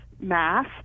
math